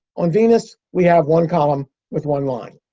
on venus, we have one column with one line.